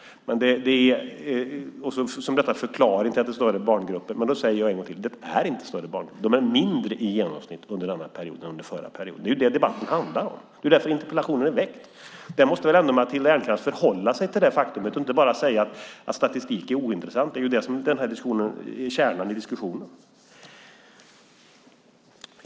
Detta skulle vara en förklaring till att det blivit större barngrupper. Men då säger jag en gång till: Det har inte blivit större barngrupper. De är mindre i genomsnitt under denna mandatperiod än under förra mandatperioden. Det är ju det som debatten handlar om. Matilda Ernkrans måste väl ändå förhålla sig till detta faktum och inte bara säga att statistiken är ointressant. Det är ju den som är kärnan i diskussionen.